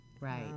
Right